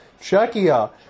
Czechia